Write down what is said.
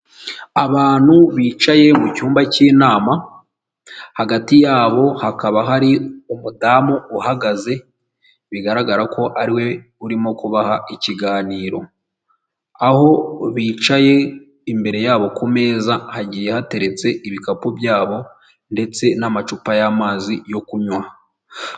Abantu bicaye mu cyumba cy'inama, hagati yabo hakaba hari umudamu uhagaze, bigaragara ko ariwe urimo kubaha ikiganiro, aho bicaye imbere yabo ku meza hagiye hateretse ibikapu byabo ndetse n'amacupa y'amazi yo kunywa.